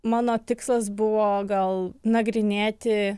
mano tikslas buvo gal nagrinėti